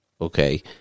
okay